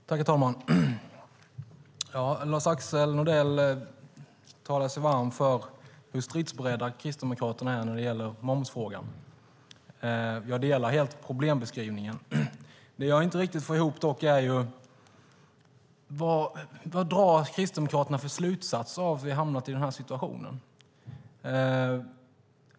Herr talman! Lars-Axel Nordell talade sig varm för hur stridsberedda Kristdemokraterna är när det gäller momsfrågan. Jag delar helt problembeskrivningen. Men jag får inte riktigt ihop detta. Vilka slutsatser drar Kristdemokraterna av att vi har hamnat i denna situation?